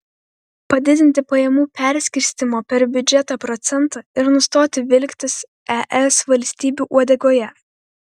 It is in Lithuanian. padidinti pajamų perskirstymo per biudžetą procentą ir nustoti vilktis es valstybių uodegoje